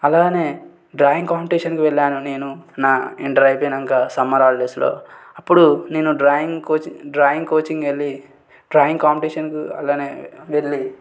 అలానే డ్రాయింగ్ కాంపిటీషన్కి వెళ్ళాను నేను నా ఇంటర్ అయిపోయినాక సమ్మర్ హాలిడేస్లో అప్పుడు నేను డ్రాయింగ్ కోచింగ్ డ్రాయింగ్ కోచింగ్కు వెళ్ళి డ్రాయింగ్ కాంపిటీషన్ అలానే వెళ్ళి